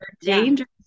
dangerous